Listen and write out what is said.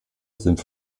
sind